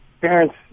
parents